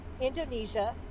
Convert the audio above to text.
Indonesia